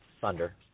thunder